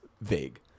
vague